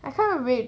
I can't wait